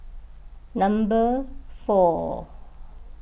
number four